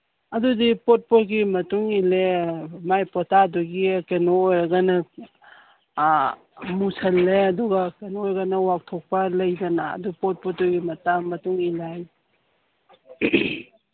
ꯑꯗꯗꯨꯤ ꯄꯣꯠ ꯄꯣꯠꯀꯤ ꯃꯇꯨꯡ ꯏꯜꯂꯦ ꯃꯥꯏ ꯄꯣꯇꯥꯗꯨꯒꯤ ꯀꯩꯅꯣ ꯑꯣꯏꯔꯒꯅ ꯃꯨꯁꯤꯜꯂꯦ ꯑꯗꯨꯒ ꯀꯩꯅꯣ ꯑꯣꯏꯔꯒꯅ ꯋꯥꯎꯊꯣꯛꯄ ꯑꯗꯨꯒꯤ ꯄꯣꯠ ꯄꯣꯠꯇꯨꯒꯤ ꯃꯇꯨꯡ ꯏꯜꯂꯦ